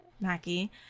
Mackie